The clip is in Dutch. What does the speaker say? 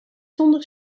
zonder